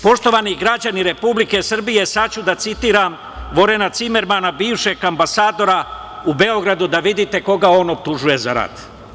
Poštovani građani Republike Srbije sad ću da citiram Vorena Cimermana, bivšeg ambasadora u Beogradu da vidite koga on optužuje za rat.